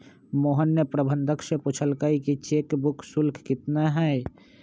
मोहन ने प्रबंधक से पूछल कई कि चेक बुक शुल्क कितना हई?